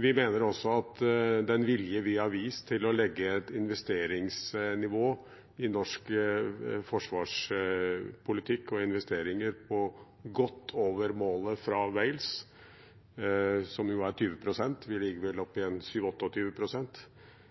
Vi mener også at den vilje vi har vist til å legge investeringsnivået i norsk forsvarspolitikk på godt over målet fra Wales, som er på 20 pst. – vi